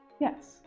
Yes